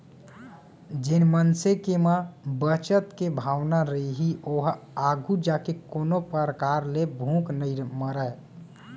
जेन मनसे के म बचत के भावना रइही ओहा आघू जाके कोनो परकार ले भूख नइ मरय